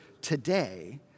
today